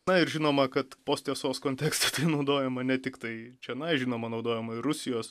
na ir žinoma kad post tiesos kontekste tai naudojama ne tiktai čionai žinoma naudojama ir rusijos